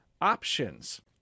options